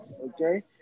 Okay